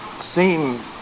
seem